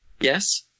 yes